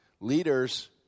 leader's